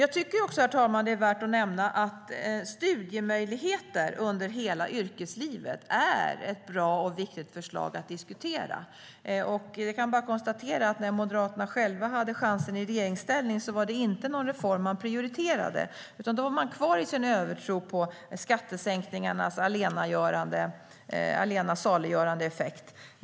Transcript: Jag tycker också att det är värt att nämna att studiemöjligheter under hela yrkeslivet är ett bra och viktigt förslag att diskutera. Jag kan bara konstatera att när Moderaterna själva hade chansen i regeringsställning var detta inte någon reform man prioriterade, utan då var man kvar i sin övertro på skattesänkningarnas allena saliggörande effekt.